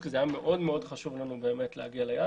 כי זה היה מאוד חשוב לנו להגיע ליעד.